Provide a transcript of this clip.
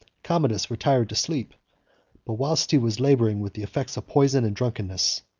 commodus retired to sleep but whilst he was laboring with the effects of poison and drunkenness,